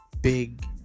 big